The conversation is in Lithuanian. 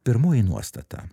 pirmoji nuostata